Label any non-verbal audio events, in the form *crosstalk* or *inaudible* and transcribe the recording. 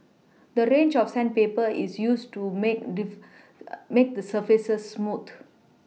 a range of sandpaper is used to make *unintelligible* make the surface smooth